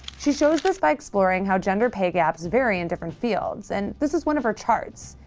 she shows this by exploring how gender pay gaps vary in different fields. and this is one of her charts.